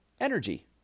energy